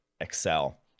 excel